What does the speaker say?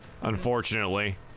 Unfortunately